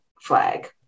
flag